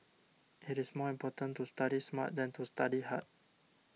it is more important to study smart than to study hard